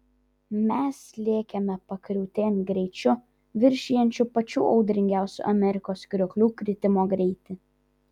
mes lėkėme pakriūtėn greičiu viršijančiu pačių audringiausių amerikos krioklių kritimo greitį